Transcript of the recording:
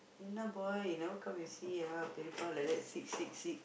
boy you never come and see ah like that sick sick sick